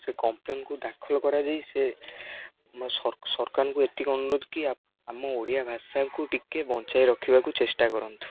ସେ କମ୍ପ୍ଲେନ୍କୁ ଦାଖଲ କରାଯାଇ ସରକାରଙ୍କୁ ଏତିକି ଅନୁରୋଧ କି ଆମ ଓଡ଼ିଆ ଭାଷାକୁ ଟିକେ ବଞ୍ଚାଇ ରଖିବାକୁ ଚେଷ୍ଟା କରନ୍ତୁ